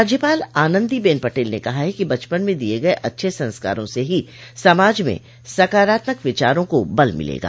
राज्यपाल आनन्दीबेन पटेल ने कहा कि बचपन में दिये गये अच्छे संस्कारों से ही समाज में सकारात्मक विचारों को बल मिलेगा